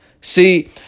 See